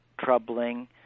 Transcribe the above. troubling